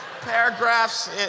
Paragraphs